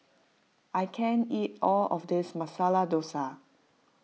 I can't eat all of this Masala Dosa